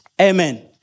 Amen